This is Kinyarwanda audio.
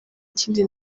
kindi